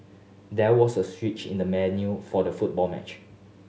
there was a switch in the menu for the football match